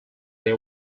they